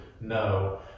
no